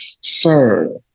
Sir